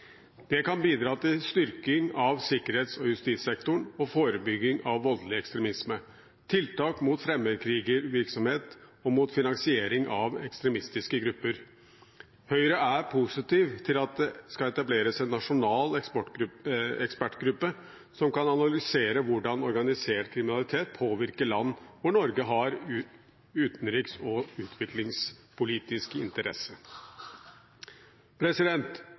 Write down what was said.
Det kan bidra til styrking av sikkerhets- og justissektoren og forebygging av voldelig ekstremisme, tiltak mot fremmedkrigervirksomhet og mot finansiering av ekstremistiske grupper. Høyre er positiv til at det skal etableres en nasjonal ekspertgruppe som skal analysere hvordan organisert kriminalitet påvirker land hvor Norge har utenriks- og utviklingspolitiske